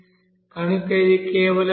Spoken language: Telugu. కనుక ఇది కేవలం V